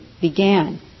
began